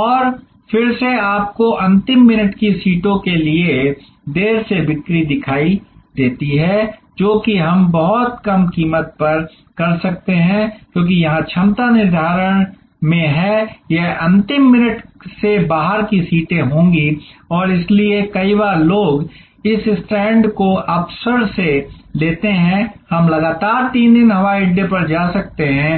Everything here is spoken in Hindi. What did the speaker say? और फिर से आपको अंतिम मिनट की सीटों के लिए देर से बिक्री दिखाई देती है जो कि हम बहुत कम कीमत पर भी कर सकते हैं क्योंकि यहां क्षमता निर्धारक में है यह अंतिम मिनट से बाहर की सीटें होंगी और इसलिए कई बार लोग इस स्टैंड को अवसर से लेते हैं हम लगातार 3 दिन हवाई अड्डे पर जा सकते हैं